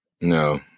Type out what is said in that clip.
No